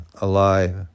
alive